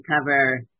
cover